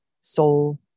soul